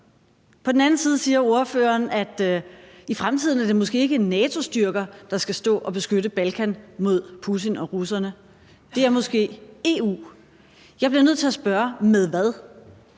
På den anden side siger ordføreren, at i fremtiden er det måske ikke NATO-styrker, der skal stå og beskytte Balkan mod Putin og russerne, det er måske EU. Jeg bliver nødt til at spørge: Med hvad?